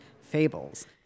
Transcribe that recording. fables